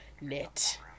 knit